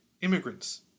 immigrants